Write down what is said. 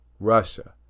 Russia